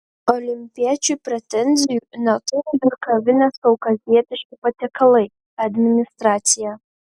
olimpiečiui pretenzijų neturi ir kavinės kaukazietiški patiekalai administracija